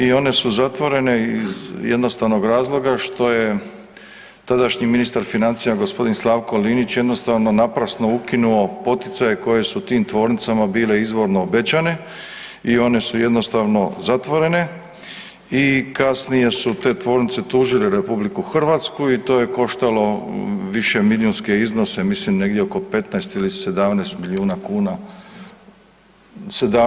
I one su zatvorene iz jednostavnog razloga što je tadašnji ministar financija gospodin Slavko Linić jednostavno naprasno ukinuo poticaje koje su tim tvornicama bile izvorno obećane i one su jednostavno zatvorene i kasnije su te tvornice tužile RH i to je koštalo višemilijunske iznose mislim negdje oko 15 ili 17 milijuna kuna.